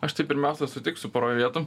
aš tai pirmiausia sutiksiu poroj vietų